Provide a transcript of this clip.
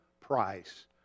price